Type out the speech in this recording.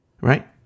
Right